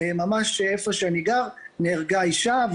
ממש איפה שאני גר נהרגה אישה,